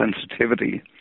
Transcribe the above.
sensitivity